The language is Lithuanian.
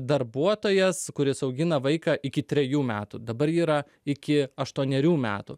darbuotojas kuris augina vaiką iki trejų metų dabar yra iki aštuonerių metų